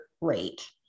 rate